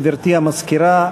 גברתי המזכירה.